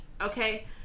okay